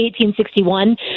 1861